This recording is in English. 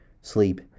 sleep